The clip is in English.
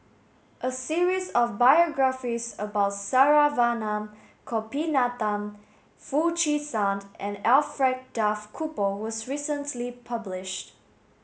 a series of biographies about Saravanan Gopinathan Foo Chee San and Alfred Duff Cooper was recently published